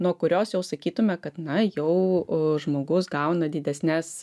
nuo kurios jau sakytume kad na jau žmogus gauna didesnes